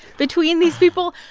between these people.